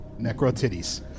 necro-titties